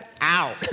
out